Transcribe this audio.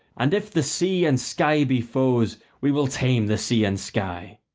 and if the sea and sky be foes, we will tame the sea and sky.